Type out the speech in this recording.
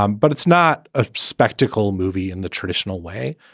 um but it's not a spectacle movie in the traditional way.